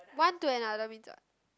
one to another means what